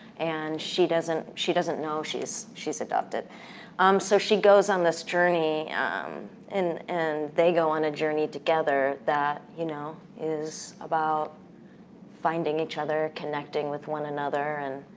and she doesn't she doesn't know she's she's adopted um so she goes on this journey and and they go on a journey together that, you know, is about finding each other, connecting with one another and,